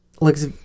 looks